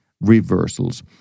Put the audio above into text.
reversals